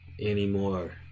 anymore